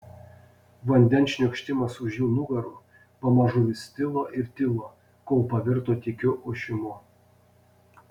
vandens šniokštimas už jų nugarų pamažu vis tilo ir tilo kol pavirto tykiu ošimu